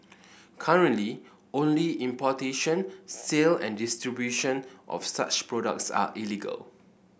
currently only importation sale and distribution of such products are illegal